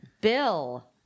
Bill